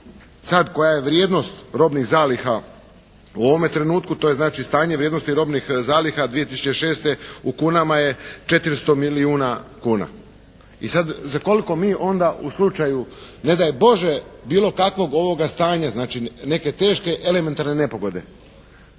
sad koja je vrijednost robnih zaliha u ovome trenutku? To je znači stanje vrijednosti robnih zaliha 2006. u kunama je 400 milijuna kuna. I sad za koliko mi onda u slučaju ne daj Bože bilo kakvog ovoga stanja, znači neke teške elementarne nepogode,